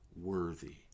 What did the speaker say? worthy